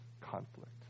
conflict